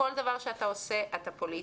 כל דבר שאתה עושה, אתה פוליטי.